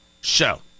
show